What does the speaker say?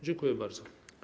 Dziękuję bardzo.